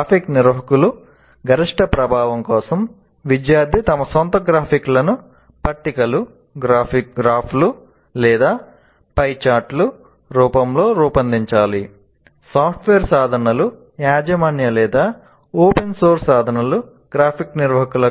graphic నిర్వాహకుల గరిష్ట ప్రభావం కోసం విద్యార్థి తమ సొంత గ్రాఫిక్లను పట్టికలు గ్రాఫ్లు లేదా పై చార్ట్ గ్రాఫిక్ నిర్వాహకుల